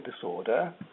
disorder